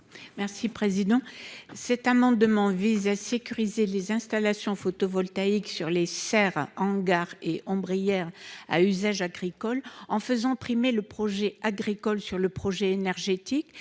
Merci président, cet amendement vise à sécuriser les installations photovoltaïques sur les serres en gare et ombrière à usage agricole en faisant primer le projet agricole sur le projet énergétique,